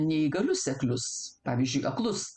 neįgalius seklius pavyzdžiui aklus